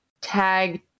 tag